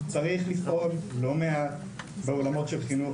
צריך לפעול לא מעט בעולמות של חינוך,